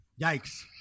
Yikes